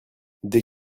dès